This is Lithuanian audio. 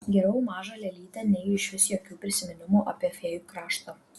geriau maža lėlytė nei išvis jokių prisiminimų apie fėjų kraštą